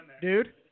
dude